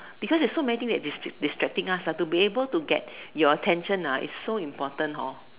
because there's so many things that distract distracting us to be able to get your attention is so important hor